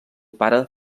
pare